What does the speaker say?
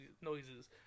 noises